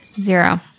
Zero